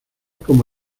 como